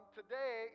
today